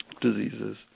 diseases